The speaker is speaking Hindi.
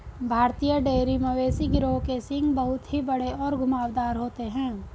भारतीय डेयरी मवेशी गिरोह के सींग बहुत ही बड़े और घुमावदार होते हैं